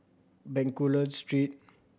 Bencoolen Street